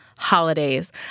Holidays